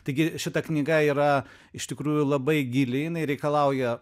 taigi šita knyga yra iš tikrųjų labai gili jinai reikalauja